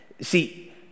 See